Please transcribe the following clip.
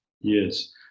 Yes